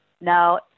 No